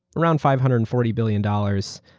around five hundred and forty billion dollars